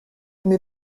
mais